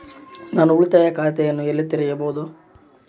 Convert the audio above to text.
ನಾನು ಉಳಿತಾಯ ಖಾತೆಯನ್ನು ಎಲ್ಲಿ ತೆರೆಯಬಹುದು?